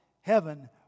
heaven